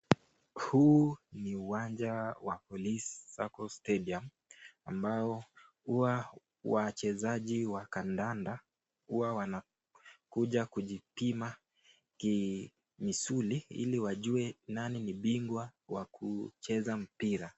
Huu ni uwanja wa police Sacco Stadium ambao huwawa wachezaji wakandanda huwa wanakuja kujipima kimisuli ili wajue nani ni bingwa wa kucheza mpira.